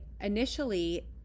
initially